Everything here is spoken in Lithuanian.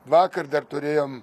vakar dar turėjom